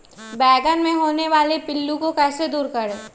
बैंगन मे होने वाले पिल्लू को कैसे दूर करें?